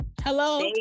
Hello